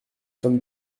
sommes